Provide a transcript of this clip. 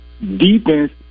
Defense